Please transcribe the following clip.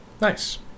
Nice